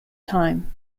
time